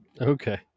Okay